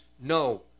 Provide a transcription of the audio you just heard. No